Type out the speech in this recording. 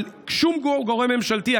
שום גורם ממשלתי,